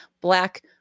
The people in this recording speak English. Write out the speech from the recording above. black